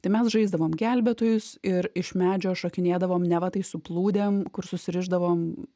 tai mes žaisdavom gelbėtojus ir iš medžio šokinėdavom neva tai suplūdėm kur susirišdavom